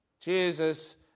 Jesus